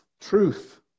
Truth